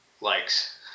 likes